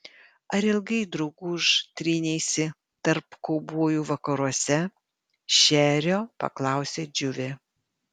ar ilgai drauguž tryneisi tarp kaubojų vakaruose šerio paklausė džiuvė